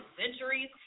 centuries